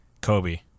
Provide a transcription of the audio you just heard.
Kobe